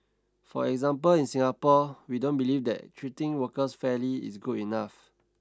for example in Singapore we don't believe that treating workers fairly is good enough